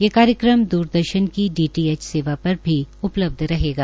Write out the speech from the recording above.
यह कार्यक्रम द्रदर्शन की डीटीएच सेवा भी उपलब्ध रहेगा